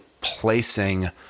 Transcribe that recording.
placing